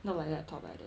not like laptop like that